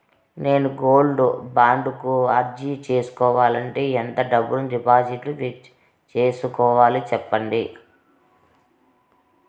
నేను gold bond కు అర్జీ సేసుకోవాలంటే ఎంత డబ్బును డిపాజిట్లు సేసుకోవాలి సెప్పండి